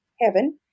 heaven